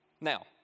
Now